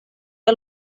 que